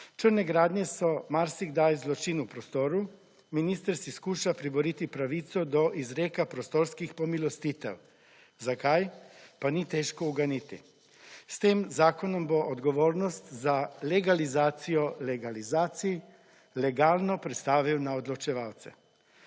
Črne gradnje so marsikdaj zločin v prostoru. Minister si skuša priboriti pravico do izrekla prostorskih pomilostitev. Zakaj? Pa ni težko ugotoviti. S tem zakonom bo odgovornost za legalizacijo legalizacij legalno predstavil na odločevalce,